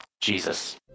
Jesus